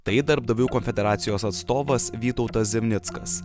tai darbdavių konfederacijos atstovas vytautas zimnickas